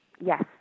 Yes